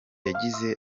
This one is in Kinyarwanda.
yagize